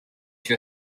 two